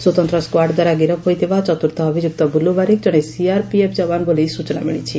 ସ୍ୱତନ୍ତ ସ୍ୱାର୍ଡ ଦ୍ୱାରା ଗିରଫ ହୋଇଥିବା ଚତୁର୍ଥ ଅଭିଯୁକ୍ତ ବୁଲୁ ବାରିକ କଣେ ସିଆରପିଏପ୍ ଯବାନ ବୋଲି ସୂଚନା ମିଳିଛି